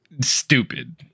stupid